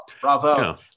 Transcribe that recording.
Bravo